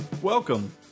Welcome